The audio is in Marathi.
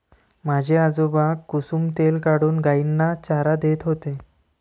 माझे आजोबा कुसुम तेल काढून गायींना चारा देत होते